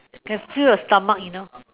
can fill your stomach you know